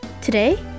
Today